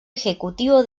ejecutivo